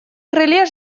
крыле